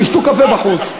שישתו קפה בחוץ.